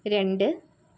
രണ്ട്